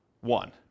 one